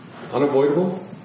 Unavoidable